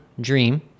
dream